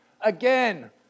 Again